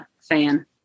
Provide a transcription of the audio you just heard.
fan